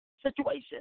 situation